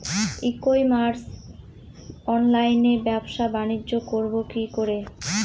ই commerce অনলাইনে ব্যবসা বানিজ্য করব কি করে?